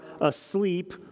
asleep